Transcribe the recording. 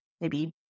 maybe-